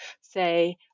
say